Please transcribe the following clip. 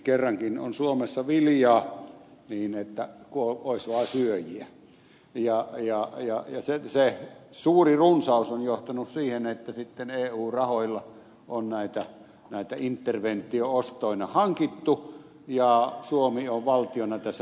kerrankin on suomessa viljaa niin että kun olisi vain syöjiä ja se suuri runsaus on johtanut siihen että sitten eu rahoilla on näitä interventio ostoina hankittu ja suomi on valtiona tässä välikäsivillenä